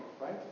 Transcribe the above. right